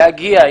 להגיע.